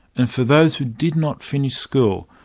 and for those who did not finish school,